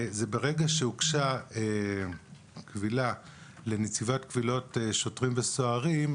שברגע שהוגשה קבילה לנציבת קבילות שוטרים וסוהרים,